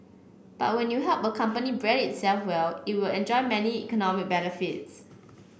but when you help a company brand itself well it will enjoy many economic benefits